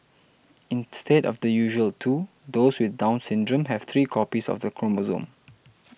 instead of the usual two those with Down Syndrome have three copies of the chromosome